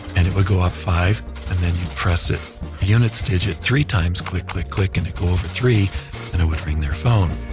and it would go up ah five and then you press it the units digit three times. click, click, click and it go over three and it would ring their phone